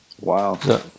Wow